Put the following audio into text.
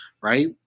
right